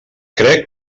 crec